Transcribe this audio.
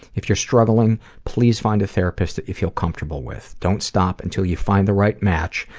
if you're struggling, please find a therapist that you feel comfortable with. don't stop until you find the right match.